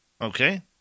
Okay